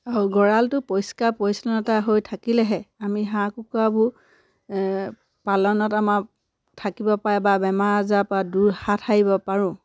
অঁ গঁৰালটো পৰিষ্কাৰ পৰিচ্ছন্নতা হৈ থাকিলেহে আমি হাঁহ কুকুৰাবোৰ পালনত আমাক থাকিব পাৰে বা বেমাৰ আজাৰৰপৰা দূৰ হাত সাৰিব পাৰোঁ